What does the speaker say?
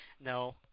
No